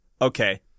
Okay